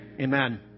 Amen